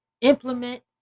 implement